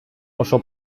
oso